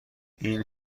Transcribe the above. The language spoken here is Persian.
این